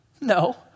No